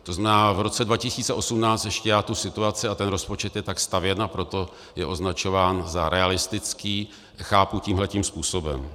To znamená, v roce 2018 ještě já tu situaci a ten rozpočet je tak stavěn, a proto je označován za realistický chápu tímhle tím způsobem.